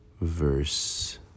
Verse